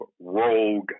rogue